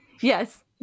yes